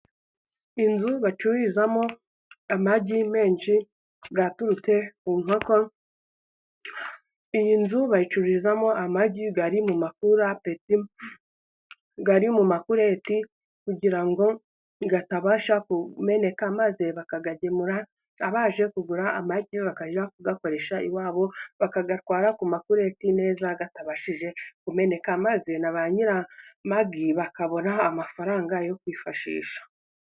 Inzu bacururizamo amagi menshi aturutse ku nkoko, iyi nzu bayicururizamo amagi ari mu makureti kugira ngo atabasha kumeneka, maze bakayagemura, abaje kugura amagi bakajya kuyakoresha iwabo, bakayatwara ku makureti neza atabashije kumeneka maze na ba nyiri amagi bakabona amafaranga yo kwifashisha.